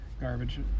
garbage